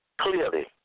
clearly